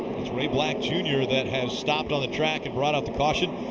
ray black jr. that has stopped on the track and brought out the caution.